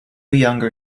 younger